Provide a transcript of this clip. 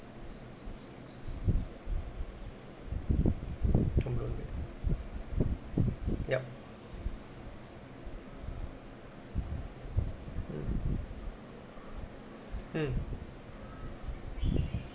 yup mm mm